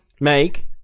make